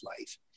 life